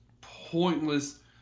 pointless